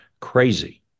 crazy